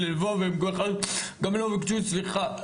סליחה,